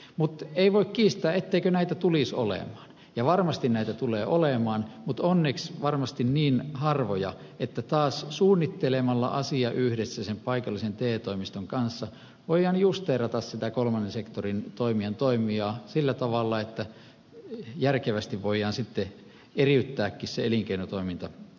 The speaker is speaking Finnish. mutta ei voi kiistää etteikö näitä tulisi olemaan ja varmasti näitä tulee olemaan mutta onneksi varmasti niin harvoja että taas suunnittelemalla asia yhdessä sen paikallisen te toimiston kanssa voidaan justeerata sen kolmannen sektorin toimijan toimia sillä tavalla että järkevästi voidaan eriyttääkin elinkeinotoiminta erikseen